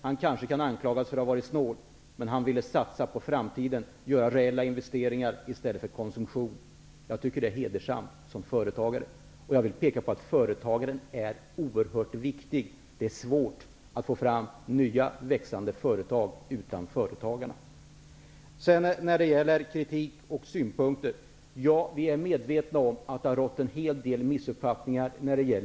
Han kanske kan anklagas för att ha varit snål, men han ville satsa på framtiden, göra reella investeringar i stället för att konsumera. Jag tycker att det är hedersamt hos en företagare. Jag vill peka på att företagaren är oerhört viktig. Det är svårt att få fram nya, växande företag utan företagare. Vi är medvetna om att det har rått en hel del missuppfattningar kring Industrifonden.